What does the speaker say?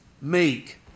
meek